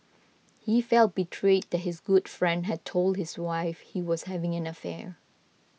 he felt betrayed that his good friend had told his wife he was having an affair